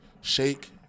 Shake